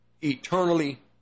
eternally